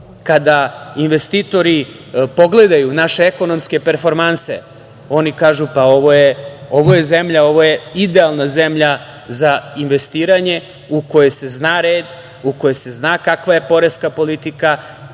kada investitori pogledaju naše ekonomske performanse oni kažu – ovo je zemlja idealna za investiranje u kojoj se zna red, u kojoj se zna kakva je poreska politika,